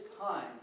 time